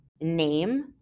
name